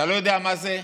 או אתה לא יודע מה זה,